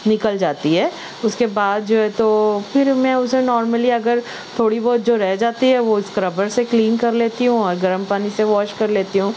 نکل جاتی ہے اس کے بعد جو ہے تو پھر میں اسے نارملی اگر تھوڑی بہت جو رہ جاتی ہے وہ اسکربر سے کلین کر لیتی ہوں اور گرم پانی سے واش کر لیتی ہوں